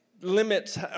limits